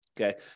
Okay